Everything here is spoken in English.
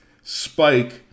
spike